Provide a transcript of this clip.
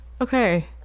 okay